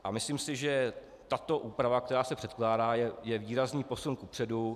A myslím si, že tato úprava, která se předkládá, je výrazný posun kupředu.